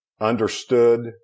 understood